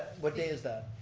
what day is that?